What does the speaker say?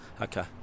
Okay